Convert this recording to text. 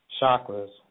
chakras